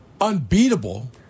unbeatable